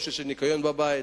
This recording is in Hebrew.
של ניקיון בבית.